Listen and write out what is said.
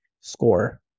score